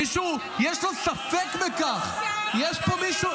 למישהו יש ספק בכך ------ יש פה למישהו